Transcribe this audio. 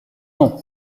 non